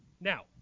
Now